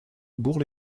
bourg